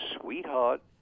sweetheart